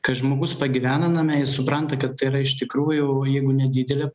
kai žmogus pagyvena name jis supranta kad tai yra iš tikrųjų jeigu nedidelė